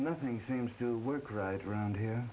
nothing seems to work right around here